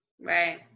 Right